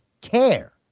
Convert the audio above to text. care